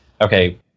okay